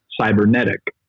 cybernetic